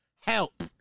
help